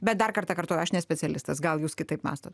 bet dar kartą kartoju aš ne specialistas gal jūs kitaip mąstot